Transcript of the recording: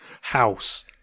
house